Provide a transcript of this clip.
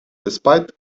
despite